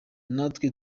natwe